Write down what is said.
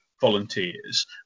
volunteers